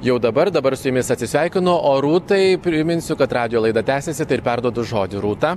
jau dabar dabar su jumis atsisveikinu o rūtai priminsiu kad radijo laida tęsiasi tai ir perduodu žodį rūta